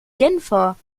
genfer